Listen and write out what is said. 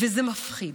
וזה מפחיד,